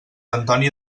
antoni